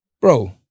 Bro